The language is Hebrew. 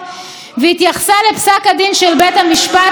מדובר בטרנספר שלישי.